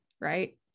Right